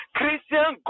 Christian